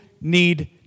need